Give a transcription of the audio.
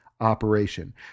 Operation